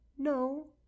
no